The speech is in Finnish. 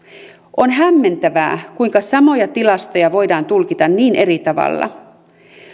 on hämmentävää kuinka samoja tilastoja voidaan tulkita niin eri tavalla